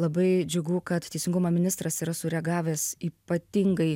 labai džiugu kad teisingumo ministras yra sureagavęs ypatingai